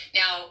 now